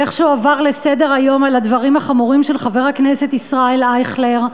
ואיכשהו עברו לסדר-היום על הדברים החמורים של חבר הכנסת ישראל אייכלר,